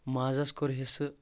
مازس کوٚر حصہٕ